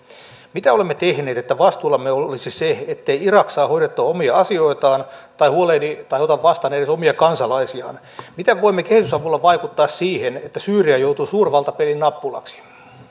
mitä olemme tehneet että vastuullamme olisi se ettei irak saa hoidettua omia asioitaan tai huolehdi tai ota vastaan edes omia kansalaisiaan miten voimme kehitysavulla vaikuttaa siihen että syyria joutui suurvaltapelin nappulaksi